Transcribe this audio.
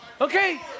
Okay